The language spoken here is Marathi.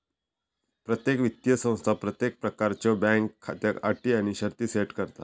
प्रत्येक वित्तीय संस्था प्रत्येक प्रकारच्यो बँक खात्याक अटी आणि शर्ती सेट करता